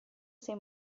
sei